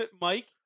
mike